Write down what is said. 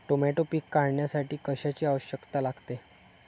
Tomato पीक काढण्यासाठी कशाची आवश्यकता लागते?